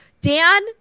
Dan